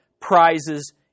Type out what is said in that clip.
prizes